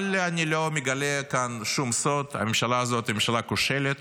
אבל אני לא מגלה כאן שום סוד: הממשלה הזאת היא ממשלה כושלת